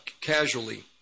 casually